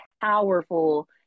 powerful